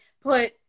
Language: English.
put